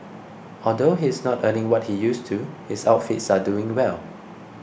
although he is not earning what he used to his outfits are doing well